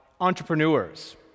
entrepreneurs